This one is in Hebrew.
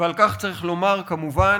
ועל כך צריך לומר, כמובן,